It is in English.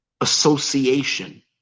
association